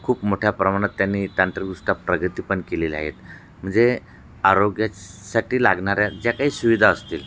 खूप मोठ्या प्रमाणात त्यांनी तांत्रिकदृष्ट्या प्रगती पण केलेल्या आहेत म्हणजे आरोग्यासाठी लागणाऱ्या ज्या काही सुविधा असतील